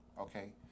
Okay